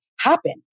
happen